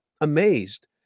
amazed